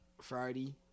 Friday